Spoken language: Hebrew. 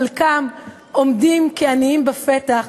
חלקם עומדים כעניים בפתח,